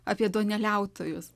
apie duoneliautojus